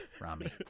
Rami